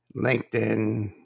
LinkedIn